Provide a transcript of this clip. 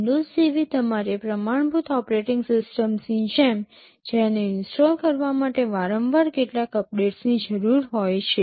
windows જેવી તમારી પ્રમાણભૂત ઓપરેટિંગ સિસ્ટમ્સની જેમ જેને ઇન્સ્ટોલ કરવા માટે વારંવાર કેટલાક અપડેટ્સની જરૂર હોય છે